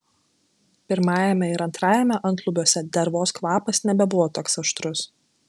pirmajame ir antrajame antlubiuose dervos kvapas nebebuvo toks aštrus